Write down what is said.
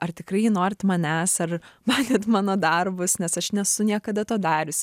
ar tikrai norit manęs ar matėt mano darbus nes aš nesu niekada to dariusi